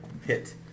hit